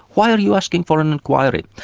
why are you asking for an inquiry?